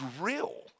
real